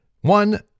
One